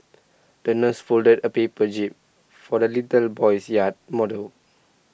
the nurse folded A paper jib for the little boy's yacht model